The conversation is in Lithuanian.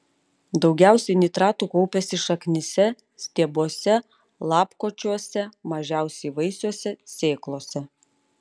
daugiausiai nitratų kaupiasi šaknyse stiebuose lapkočiuose mažiausiai vaisiuose sėklose